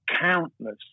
Countless